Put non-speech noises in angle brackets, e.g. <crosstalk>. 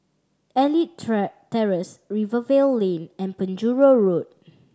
Elite <unintelligible> Terrace Rivervale Lane and Penjuru Road